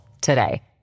today